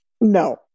No